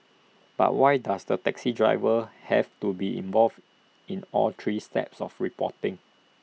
but why does the taxi driver have to be involved in all three steps of reporting